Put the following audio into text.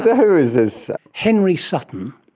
but who is this? henry sutton.